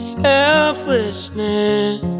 selflessness